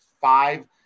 five